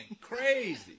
crazy